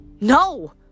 No